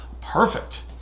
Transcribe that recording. perfect